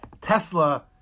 Tesla